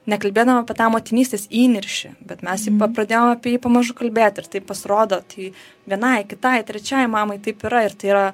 nekalbėdavom apie tą motinystės įniršį bet mes pradėjom apie jį pamažu kalbėt ir tai pasirodo tai vienai kitai trečiai mamai taip yra ir tai yra